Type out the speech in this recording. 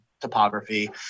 topography